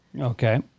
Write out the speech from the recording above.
Okay